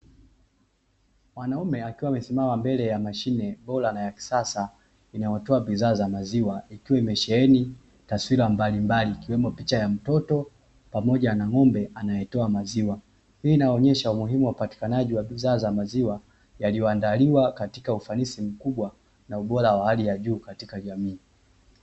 Mwanaume akiwa amesimama mbele ya mashine bora na ya kisasa, inayotoa bidhaa za maziwa; ikiwa imesheheni taswira mbalimbali ikiwemo picha ya mtoto pamoja na ng'ombe anayetoa maziwa, hii inaonesha umuhimu wa upatikanaji wa bidhaa za maziwa yaliyoandaliwa katika ufanisi mkubwa na ubora wa hali ya juu katika jamii.